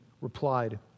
replied